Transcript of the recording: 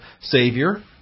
Savior